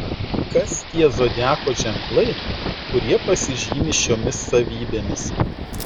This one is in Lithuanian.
kas tie zodiako ženklai kurie pasižymi šiomis savybėmis